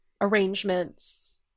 arrangements